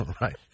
Right